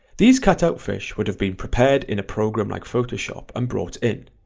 these cutout fish would have been prepared in a program like photoshop and brought in.